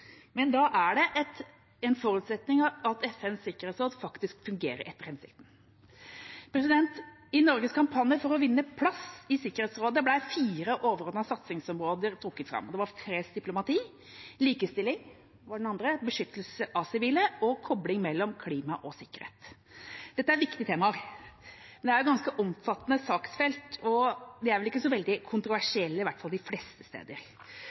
Da er det en forutsetning at FNs sikkerhetsråd faktisk fungerer etter hensikten. I Norges kampanje for å vinne plass i Sikkerhetsrådet ble fire overordnede satsingsområder trukket fram. Det var fredsdiplomati, likestilling, beskyttelse av sivile og kobling mellom klima og sikkerhet. Dette er viktige temaer. Det er et ganske omfattende saksfelt, og temaene er vel ikke så veldig kontroversielle, i hvert fall ikke de fleste steder.